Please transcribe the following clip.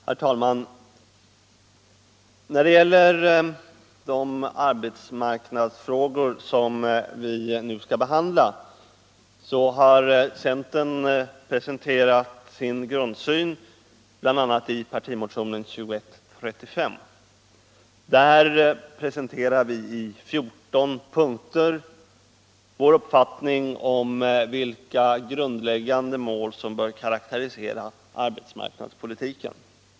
Herr talman! När det gäller de arbetsmarknadsfrågor som vi nu skall behandla har centern presenterat sin grundsyn i bl.a. partimotionen 1975/76:2135. Där presenterar vi i 14 punkter vår uppfattning om vilka grundläggande mål som bör karakterisera arbetsmarknadspolitiken.